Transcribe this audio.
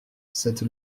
cette